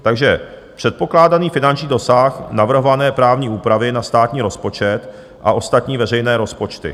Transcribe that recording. Takže předpokládaný finanční dosah navrhované právní úpravy na státní rozpočet a ostatní veřejné rozpočty.